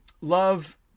love